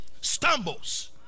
stumbles